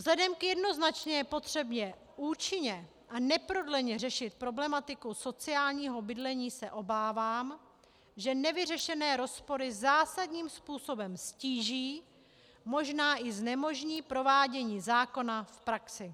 Vzhledem k jednoznačné potřebě účinně a neprodleně řešit problematiku sociálního bydlení se obávám, že nevyřešené rozpory zásadním způsobem ztíží, možná i znemožní provádění zákona v praxi.